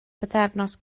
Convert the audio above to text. bythefnos